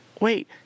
wait